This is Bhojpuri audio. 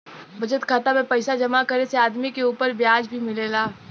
बचत खाता में पइसा जमा करे से आदमी के उपर ब्याज भी मिलेला